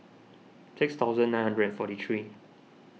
six thousand nine hundred and forty three